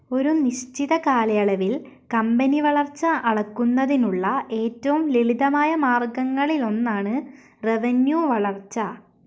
ഒരു നിശ്ചിത കാലയളവിൽ കമ്പനി വളർച്ച അളക്കുന്നതിനുള്ള ഏറ്റവും ലളിതമായ മാർഗ്ഗങ്ങളിലൊന്നാണ് റവന്യൂ വളർച്ച